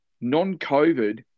non-COVID